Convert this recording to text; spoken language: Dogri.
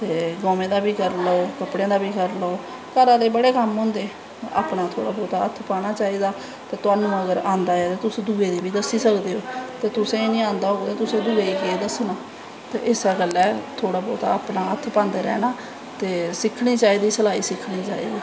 ते गवें दा बी करी लैओ ते कपड़ें दा बा करी लैओ घऱा दे बड़े कम्म होंदे अपनां थोह्ड़ा बौह्ता हत्थ पानां चाही दा तुहानू अगर आंदा ऐ ते तुस दुए गी बी दस्सी सकदे हो ते जे तुसेंगी नी आंदा होग ते तुसें दुए गी केह् दस्सनां ते इस्सै गल्लां थोह्ड़ा बौह्ता अपनां हत्थ पांदे रैह्नां ते सिक्खनं चाही दा सलाई सिक्खीं चाही दी